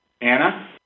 Anna